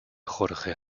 jorge